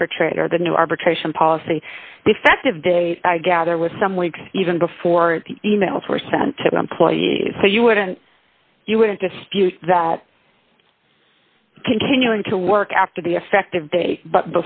arbitrate or the new arbitration policy effective date i gather was some weeks even before the emails were sent to the employees so you wouldn't you wouldn't dispute that continuing to work after the effective date but